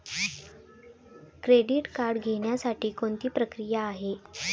Credit card घेण्यासाठी कोणती प्रक्रिया आहे?